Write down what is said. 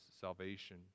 salvation